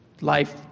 life